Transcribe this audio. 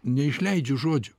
neišleidžiu žodžių